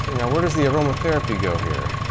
now where does the aromatherapy go here?